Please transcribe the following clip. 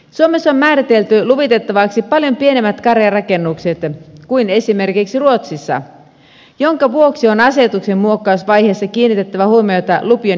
suomessa on määritelty luvitettavaksi paljon pienemmät karjarakennukset kuin esimerkiksi ruotsissa minkä vuoksi on asetuksen muokkausvaiheessa kiinnitettävä huomiota lupien järkevöittämiseen